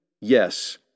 yes